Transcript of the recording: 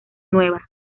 nueva